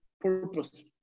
purpose